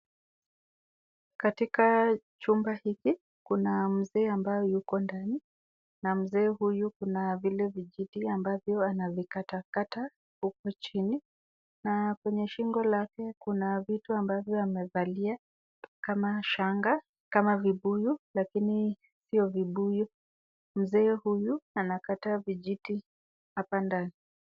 Katika chumba hiki kuna mzee ambaye yuko ndani na mzee huyu kuna vile vijiti ambavyo anavikatakata huku chini na kwenye shingo lake kuna vitu ambavyo amevalia kama shanga kama vibuyu lakini sio vibuyu, mzee huyu anakata vijiti hapa ndani.